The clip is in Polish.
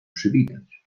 przywitać